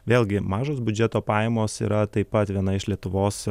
vėlgi mažos biudžeto pajamos yra taip pat viena iš lietuvos